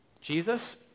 Jesus